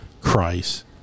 Christ